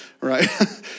right